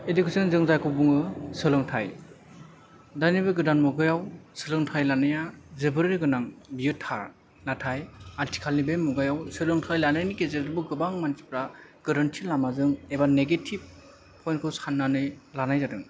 education जों जायखौ बुंयो सोलोंथाय दानि बे गोदान मुगायाव सोलोंथाइ लानाया जोबोरैनो गोनां बियो थार नाथाय आथिखालनि बे मुगायाव सोलोंथाइ लानायनि गेजेरजों बो गोबां मानसिफोरा गोरोन्थि लामाजों एबा नेगेटिभ पयन्ट खौ साननानै लानाय जादों